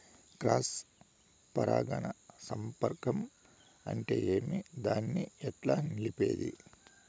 Cross పరాగ సంపర్కం అంటే ఏమి? దాన్ని ఎట్లా నిలిపేది?